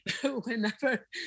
whenever